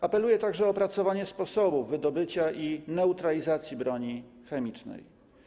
Apeluję także o opracowanie sposobu wydobycia i neutralizacji broni chemicznej.